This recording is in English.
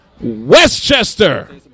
Westchester